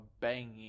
banging